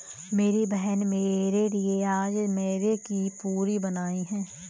मेरी बहन में मेरे लिए आज मैदे की पूरी बनाई है